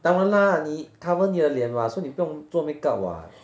当然啦你 cover 你的脸 [what] so 你不用做 makeup [what]